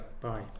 Bye